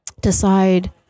decide